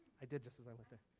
i did just as i went there.